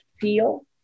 feel